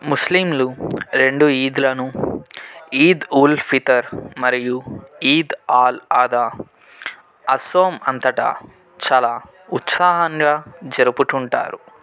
ముస్లింలు రెండు ఈద్లను ఈద్ ఉల్ ఫితర్ మరియు ఈద్ ఆల్ ఆధా అస్సోం అంతటా చాలా ఉత్సాహంగా జరుపుతుంటారు